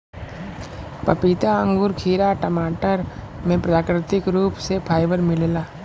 पपीता अंगूर खीरा टमाटर में प्राकृतिक रूप से फाइबर मिलेला